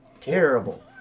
terrible